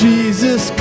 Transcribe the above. Jesus